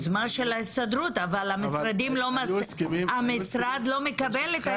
יוזמה של ההסתדרות אבל המשרד לא מקבל את היוזמה.